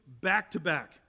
back-to-back